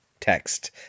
text